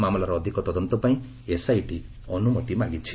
ମାମଲାର ଅଧିକ ତଦନ୍ତପାଇଁ ଏସ୍ଆଇଟି ଅନୁମତି ମାଗିଛି